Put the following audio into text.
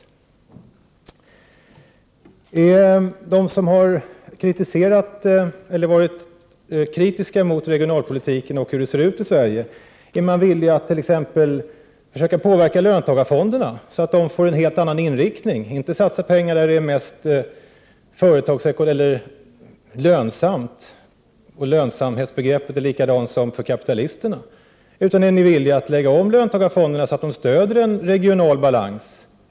Är de som har varit kritiska mot regionalpolitiken och mot hur det ser ut i Sverige villiga att t.ex. försöka påverka löntagarfonderna så att de får en helt annan inriktning? Det gäller då inte att satsa pengar där det är mest lönsamt — om lönsamhetsbegreppet är likadant som för kapitalisterna — utan att lägga om löntagarfonderna så att de stödjer en regional balans.